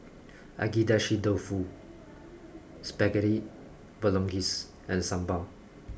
Agedashi Dofu Spaghetti Bolognese and Sambar